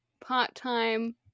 part-time